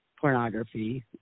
pornography